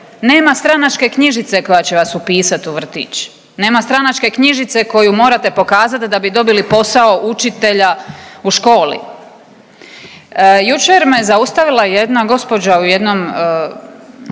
Nema stranačke knjižice koja će vas upisati u vrtić. Nema stranačke knjižice koju morate pokazat da bi dobili posao učitelja u školi. Jučer me zaustavila jedna gospođa u jednom,